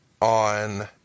on